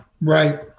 right